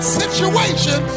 situation